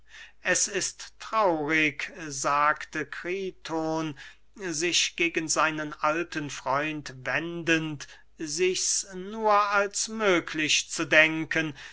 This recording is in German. es ist traurig sagte kriton sich gegen seinen alten freund wendend sichs nur als möglich zu denken